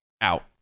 out